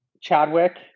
Chadwick